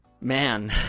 man